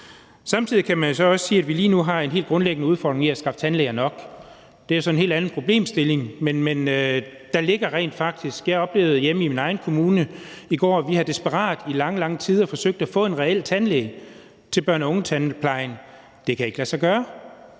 Samtidig kan man så også sige, at vi lige nu har en helt grundlæggende udfordring med at skaffe tandlæger nok. Det er så en helt anden problemstilling, og det oplevede jeg hjemme i min egen kommune i går. Vi har i lang, lang tid desperat forsøgt at få en reel tandlæge til børne- og ungetandplejen – det kan ikke lade sig gøre.